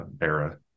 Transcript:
era